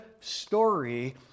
story